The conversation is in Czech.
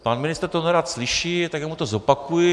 Pan ministr to nerad slyší, já mu to zopakuji.